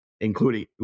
including